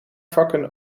vakken